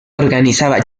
organizaba